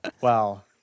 Wow